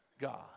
God